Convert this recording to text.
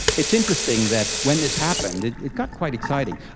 it's interesting that when this happened it got quite exciting,